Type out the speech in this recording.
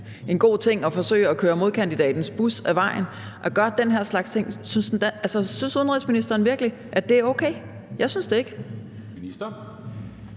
en god ting at forsøge at køre modkandidatens bus af vejen. Synes udenrigsministeren virkelig, at det er okay? Jeg synes det ikke.